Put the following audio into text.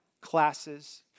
classes